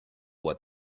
what